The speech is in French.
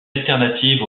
alternative